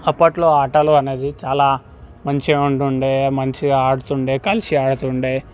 అప్పట్లో ఆటలు అనేవి చాలా మంచిగా ఉంటుండే మంచిగా ఆడుతుండే కలిసి ఆడుతుండే